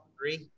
Three